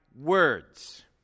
words